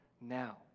now